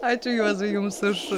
ačiū juozui jums už